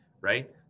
right